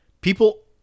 People